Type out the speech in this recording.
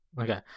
Okay